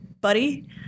buddy